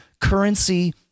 currency